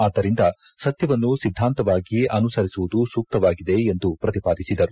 ಆದ್ದರಿಂದ ಸತ್ಯವನ್ನು ಸಿದ್ದಾಂತವಾಗಿ ಅನುಸರಿಸುವುದು ಸೂಕ್ತವಾಗಿದೆ ಎಂದು ಪ್ರತಿಪಾದಿಸಿದರು